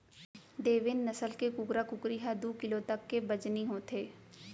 देवेन्द नसल के कुकरा कुकरी ह दू किलो तक के बजनी होथे